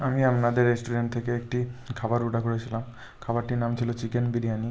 আমি আপনাদের রেস্টুরেন্ট থেকে একটি খাবার অর্ডার করেছিলাম খাবারটির নাম ছিল চিকেন বিরিয়ানি